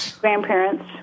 grandparents